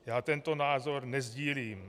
Já tento názor nesdílím.